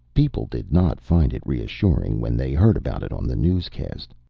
people did not find it reassuring when they heard about it on the newscast.